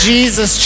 Jesus